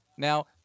Now